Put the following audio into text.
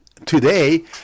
Today